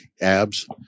abs